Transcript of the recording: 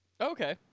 Okay